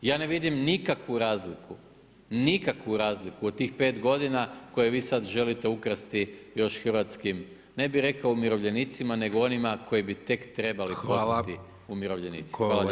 Ja ne vidim nikakvu razliku, nikakvu razliku od tih pet godina koje vi sad želite ukrasti još hrvatskim ne bih rekao umirovljenicima nego onima koji bi tek trebali postati umirovljenici.